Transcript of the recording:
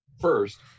first